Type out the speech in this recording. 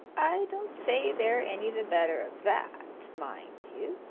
i don't say they're any the better of that, mind you.